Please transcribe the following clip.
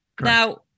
Now